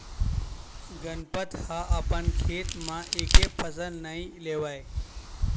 गनपत ह अपन खेत म एके फसल नइ लेवय